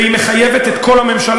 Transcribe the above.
והיא מחייבת את כל הממשלה,